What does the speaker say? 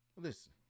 Listen